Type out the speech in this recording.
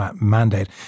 mandate